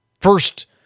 first